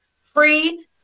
free